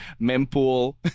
mempool